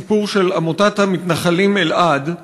הסיפור של עמותת המתנחלים אלע"ד,